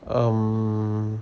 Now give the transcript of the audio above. um